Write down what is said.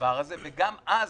הדבר הזה וגם אז,